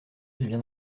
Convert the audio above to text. qu’ils